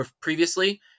previously